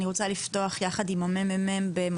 אני רוצה לפתוח עם מחלקת המחקר והמידע של הכנסת